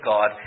God